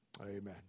Amen